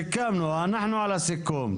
סיכמנו ואנחנו על הסיכום.